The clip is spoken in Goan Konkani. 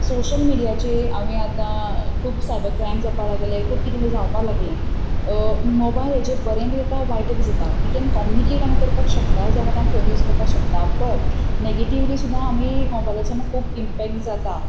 सोशल मिडयाचे आमी आतां खूब सायबर क्रायम जावपा लागले खूब किदें तें जावपा लागलें मोबायल हाजें बरें बी जाता वायट बी जाता वी कॅन कॉमनिकेट आमी करपाक शकता ज्या खाती आम फोन यूज करपा शकता बट नॅगिटिवली सुद्दां आमी मोबायलाचे म् खूब इम्पॅक्ट जाता